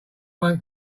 one